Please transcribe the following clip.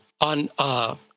on